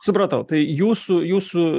supratau tai jūsų jūsų